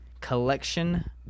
Collection